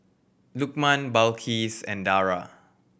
Lukman Balqis and Dara